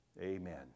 Amen